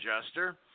adjuster